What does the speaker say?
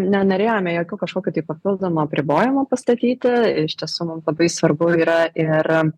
nenorėjome jokių kažkokių tai papildomų apribojimų pastatyti iš tiesų mum labai svarbu yra ir